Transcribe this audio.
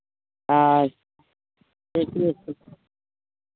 हँ ठीके छै